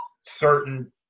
certain